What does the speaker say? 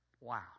Wow